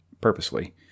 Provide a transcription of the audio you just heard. purposely